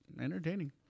entertaining